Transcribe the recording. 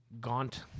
gaunt